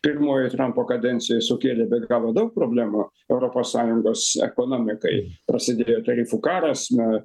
pirmojoj trampo kadencijoj sukėlė be galo daug problemų europos sąjungos ekonomikai prasidėjo tarifų karas na